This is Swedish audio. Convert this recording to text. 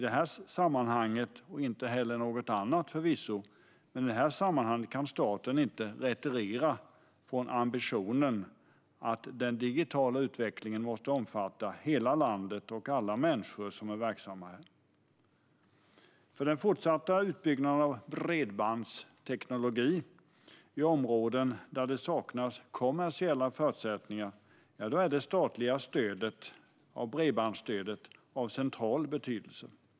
Staten kan inte i detta sammanhang, och förvisso inte heller i något annat, retirera från ambitionen att den digitala utvecklingen ska omfatta hela landet och alla människor som är verksamma här. För den fortsatta utbyggnaden av bredbandsteknologi i områden där det saknas kommersiella förutsättningar är det statliga bredbandsstödet av central betydelse.